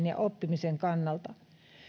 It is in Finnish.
ja oppimisen kannalta